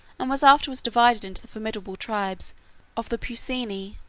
and was afterwards divided into the formidable tribes of the peucini,